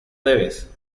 debes